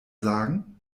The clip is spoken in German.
sagen